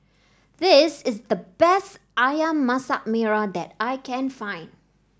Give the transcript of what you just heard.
this is the best ayam Masak Merah that I can find